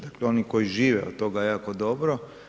Dakle, oni koji žive od toga jako dobro.